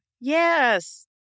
yes